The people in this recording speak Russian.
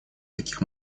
таких